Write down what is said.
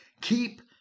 Keep